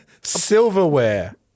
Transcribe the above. Silverware